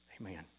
Amen